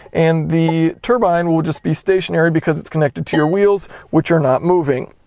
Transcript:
and the turbine will just be stationary, because it's connected to your wheels, which are not moving.